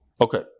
Okay